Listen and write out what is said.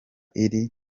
iri